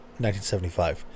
1975